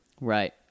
Right